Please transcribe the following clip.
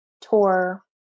tour